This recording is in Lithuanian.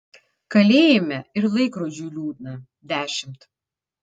kalėjime ir laikrodžiui liūdna dešimt